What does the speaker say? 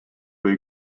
või